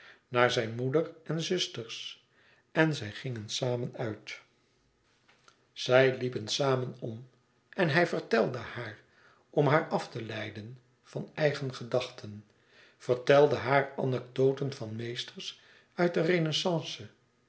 naar zijn moeder en zusters en zij gingen samen uit zij liepen samen om en hij vertelde haar om haar af te leiden van eigen gedachten vertelde haar anecdoten van meesters uit de